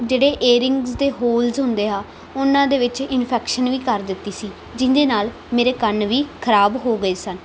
ਜਿਹੜੇ ਏਰਿੰਗਸ ਦੇ ਹੋਲਸ ਹੁੰਦੇ ਆ ਉਹਨਾਂ ਦੇ ਵਿੱਚ ਇਨਫੈਕਸ਼ਨ ਵੀ ਕਰ ਦਿੱਤੀ ਸੀ ਜਿਹਦੇ ਨਾਲ ਮੇਰੇ ਕੰਨ ਵੀ ਖਰਾਬ ਹੋ ਗਏ ਸਨ